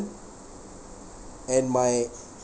and my